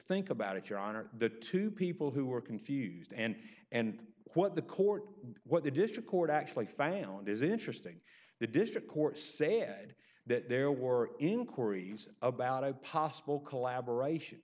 think about it your honor the two people who are confused and and what the court what the district court actually found is interesting the district court sad that there were inquiry about a possible collaboration